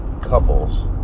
couples